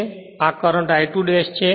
અને આ current I2 છે